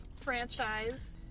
franchise